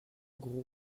gros